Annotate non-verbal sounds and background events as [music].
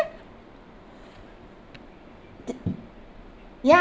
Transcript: [laughs] tha~ ya